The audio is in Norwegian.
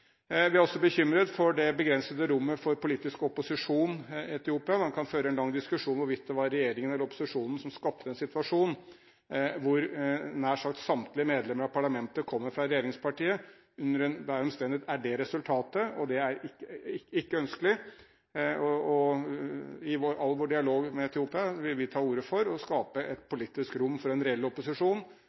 Man kan føre en lang diskusjon om hvorvidt det var regjeringen eller opposisjonen som skapte den situasjonen at nær sagt samtlige medlemmer av parlamentet kommer fra regjeringspartiet. Under enhver omstendighet er det resultatet, og det er ikke ønskelig. I all vår dialog med Etiopia vil vi ta til orde for å skape et politisk rom for en reell opposisjon,